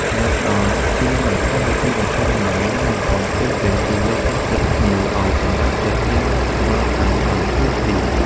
ការផ្តល់ជូននូវកម្មវិធីបញ្ចុះតម្លៃនិងរង្វាន់ផ្សេងៗ ជួយលើកទឹកចិត្តភ្ញៀវឱ្យសម្រេចចិត្តទិញសេវាកម្មបានភ្លាមៗ។